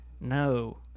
no